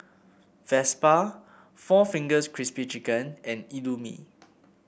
Vespa Four Fingers Crispy Chicken and Indomie